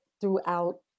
throughout